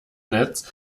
netz